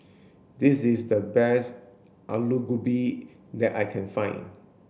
this is the best aloo gobi that I can find